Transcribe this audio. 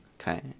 Okay